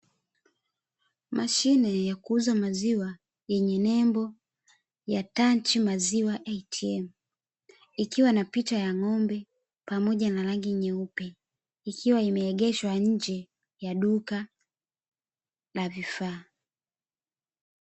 Mashine ya kuuza maziwa, yenye nembo ya tanchi maziwa ATM, ikiwa na picha ya ng'ombe, pamoja na rangi nyeupe, ikiwa imeegeshwa nje ya duka la vifaa.